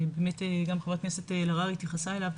וגם חברת הכנסת אלהרר התייחסה אליו,